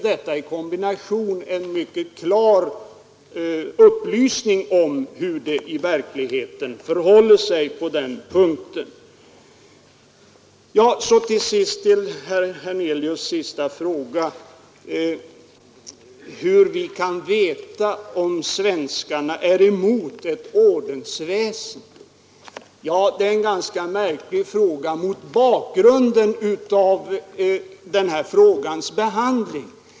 Detta är en klar upplysning om hur det i verkligheten förhåller sig på den punkten. Herr Hernelius frågade till sist hur vi kan veta att svenskarna är emot ett ordensväsende. Det är en ganska märklig fråga mot bakgrunden av det här ärendets behandling.